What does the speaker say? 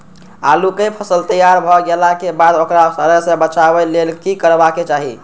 आलू केय फसल तैयार भ गेला के बाद ओकरा सड़य सं बचावय लेल की करबाक चाहि?